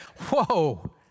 whoa